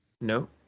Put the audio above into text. No